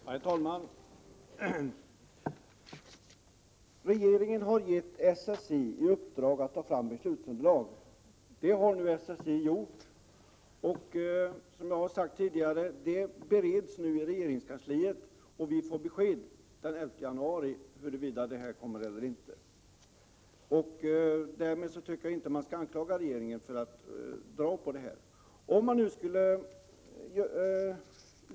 Herr talman! Regeringen har gett SSI i uppdrag att ta fram beslutsunderlag. Det har SSI nu gjort, och som jag sagt tidigare bereds ärendet för närvarande i regeringskansliet. Vi får besked den 11 januari, och därmed kan man inte anklaga regeringen för att dra ut på tiden.